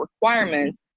requirements